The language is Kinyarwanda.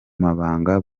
mabanga